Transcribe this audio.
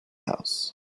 house